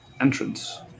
entrance